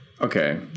Okay